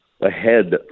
ahead